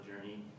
journey